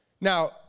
Now